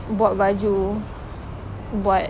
buat baju buat